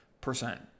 percent